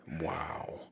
Wow